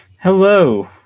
Hello